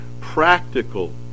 Practical